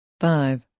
Five